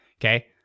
Okay